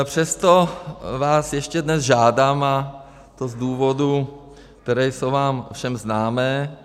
Přesto vás ještě dnes žádám, a to z důvodů, které jsou vám všem známé.